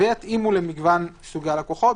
"ויתאימו למגוון סוגי הלקוחות",